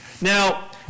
Now